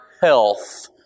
health